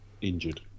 injured